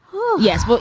oh, yes. well,